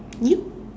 we